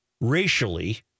Racially